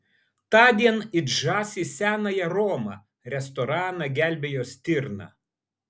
tądien it žąsys senąją romą restoraną gelbėjo stirna